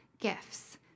gifts